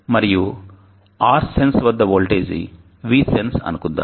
మరియు RSENSE వద్ద voltage VSENSE అనుకుందాం